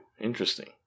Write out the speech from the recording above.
Interesting